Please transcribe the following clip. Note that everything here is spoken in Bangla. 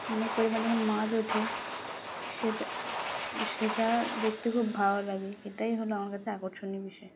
অনেক পরিমাণ যখন মাছ ওঠে সেটা সেটা দেখতে খুব ভালো লাগে এটাই হলো আমার কাছে আকর্ষণীয় বিষয়